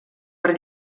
per